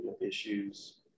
issues